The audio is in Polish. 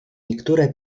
niektóre